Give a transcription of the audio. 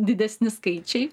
didesni skaičiai